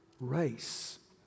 race